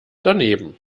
daneben